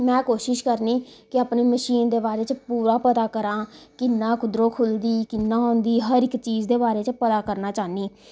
में कोशिश करनी कि अपने मशीन दे बारे च पूरा पता करां किन्नां कुद्धरूं खुलदी किन्नां होंदी हर इक्क चीज दे बारे च पता करना चाहन्नी आं